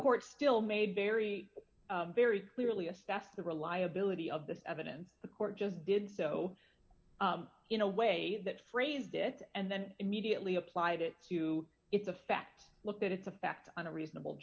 court still made very very clearly assess the reliability of this evidence the court just did so in a way that phrased it and then immediately applied it to its effect looked at its effect on a reasonable